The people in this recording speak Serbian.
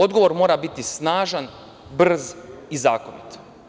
Odgovor mora biti snažan, brz i zakonit.